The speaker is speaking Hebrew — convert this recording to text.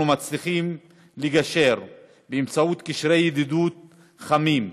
מצליחים לגשר באמצעות קשרי ידידות חמים.